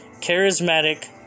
charismatic